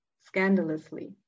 scandalously